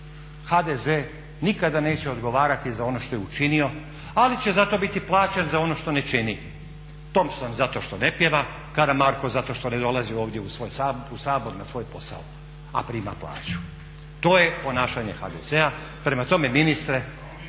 HDZ nikada neće odgovarati za ono što je učinio, ali će zato biti plaćen za ono što ne čini. Thomson zato što ne pjeva, Karamarko zato što ne dolazi ovdje u Sabor na svoj posao a prima plaću. To je ponašanje HDZ-a. Prema tome ministre